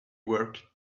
work